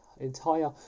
entire